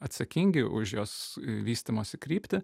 atsakingi už jos vystymosi kryptį